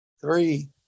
three